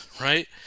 right